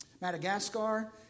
Madagascar